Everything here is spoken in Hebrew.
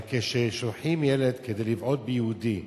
אבל כששולחים ילד כדי לבעוט ביהודי,